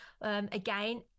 again